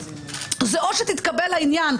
זה או שתתקבל העניין,